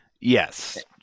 Yes